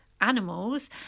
animals